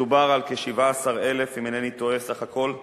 מדובר על כ-17,000, אם אינני טועה, סך הכול,